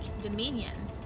dominion